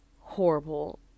horrible